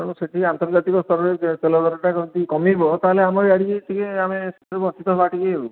ତେଣୁ ସେଥିରେ ଆନ୍ତର୍ଜାତିକ ସ୍ତରରେ ତେଲ ଦରଟା ଯଦି କମିବ ତାହେଲେ ଆମ ଇଆଡ଼େ ବି ଟିକିଏ ଆମେ ଯେଉଁ ବଞ୍ଚିତ ହେବା ଟିକେ ଆଉ